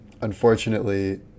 unfortunately